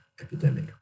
epidemic